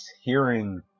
hearing